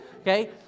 okay